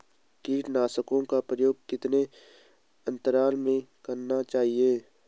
कीटनाशकों का प्रयोग कितने अंतराल में करना चाहिए?